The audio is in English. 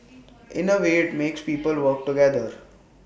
in A way IT makes people work together